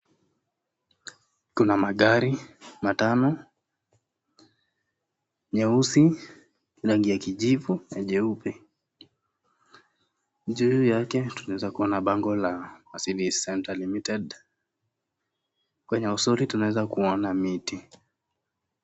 Kuna magari matano, nyeusi, rangi ya kijivu na jeupe. Juu yake tunaweza kuwa na bango la (cs)Mercedes Center Ltd(cs),kwenye usoni tunaweza kuona miti.